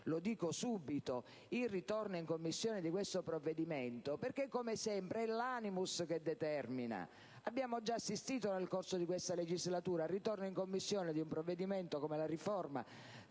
lo dico subito - il ritorno in Commissione del provvedimento, perché come sempre è l'*animus* ad essere determinante. Abbiamo già assistito, nel corso di questa legislatura, al rinvio in Commissione di un provvedimento come la riforma